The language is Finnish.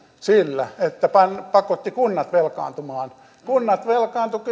sillä että pakotti kunnat velkaantumaan kunnat velkaantuivat